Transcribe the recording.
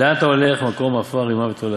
ולאן אתה הולך, למקום עפר, רימה ותולעה.